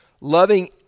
Loving